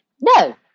no